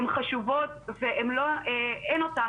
הן חשובות והן אין אותן,